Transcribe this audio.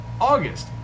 August